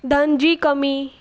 धन जी कमी